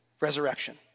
resurrection